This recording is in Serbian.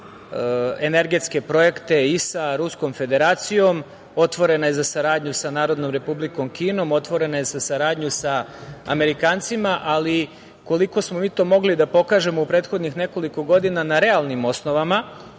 energetske projekte i sa Ruskom Federacijom, otvorena je za saradnju sa Narodnom Republikom Kinom, otvorena je za saradnju sa Amerikancima, ali, koliko smo mi to mogli da pokažemo u prethodnih nekoliko godina, na realnim osnovama